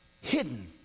hidden